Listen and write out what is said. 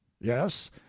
yes